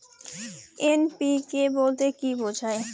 NPK বলতে কী বোঝায়?